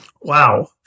Wow